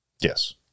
yes